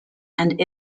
and